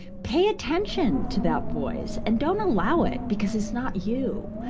pay attention to that voice, and don't allow it, because it's not you.